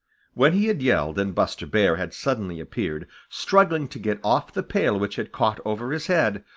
when he had yelled and buster bear had suddenly appeared, struggling to get off the pail which had caught over his head,